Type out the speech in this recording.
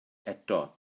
eto